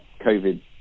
COVID